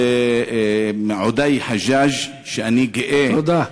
עודאי חג'אג', שאני, תודה.